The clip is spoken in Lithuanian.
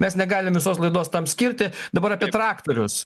mes negalim visos laidos tam skirti dabar apie traktorius